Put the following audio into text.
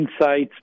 insights